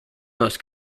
most